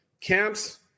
camps